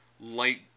light